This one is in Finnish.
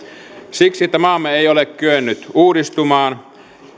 siksi että maamme ei ole kyennyt uudistumaan